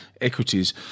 equities